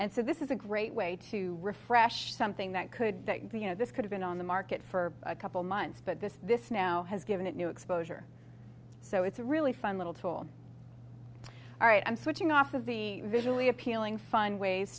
and so this is a great way to refresh something that could that be you know this could have been on the market for a couple months but this this now has given it new exposure so it's a really fun little tool all right i'm switching off of the visually appealing fun ways